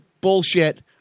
bullshit